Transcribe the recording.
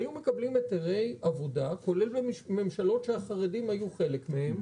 היו מקבלים היתרי עבודה כולל בממשלות שהחרדים היו חלק מהן